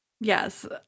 Yes